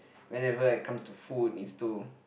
whenever I comes to food is to